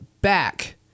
back